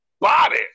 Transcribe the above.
body